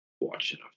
watching